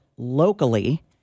Locally